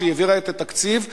כשהיא העבירה את התקציב,